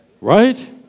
Right